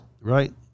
Right